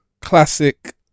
classic